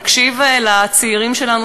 נקשיב לצעירים שלנו,